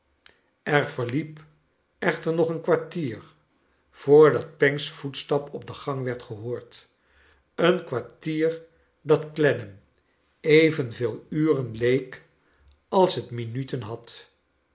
er verliep echter nog een kwartier voordat panck's voetstap op de gang werd gehoord een kwartier dat clennam evenveel uren leek als het minuten had